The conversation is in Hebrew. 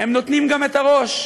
הם נותנים גם את הראש,